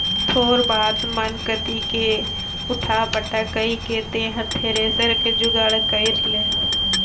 थोर बात मन कति ले उठा पटक कइर के तेंहर थेरेसर के जुगाड़ कइर ले